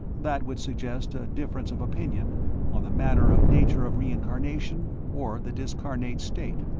that would suggest a difference of opinion on the manner of nature of reincarnation or the discarnate state.